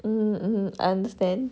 mm mm I understand